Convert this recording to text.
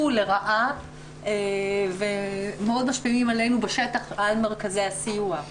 לרעה ומאוד משפיעים עלינו בשטח על מרכזי הסיוע.